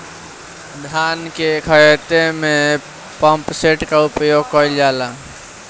धान के ख़हेते में पम्पसेट का उपयोग कइल जाला?